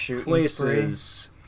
places